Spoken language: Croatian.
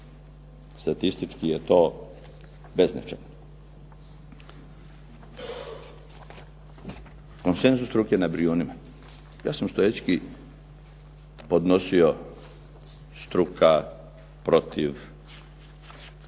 statički je to beznačajno. Konsenzus struke na Brijunima. Ja sam stoički podnosio struka protiv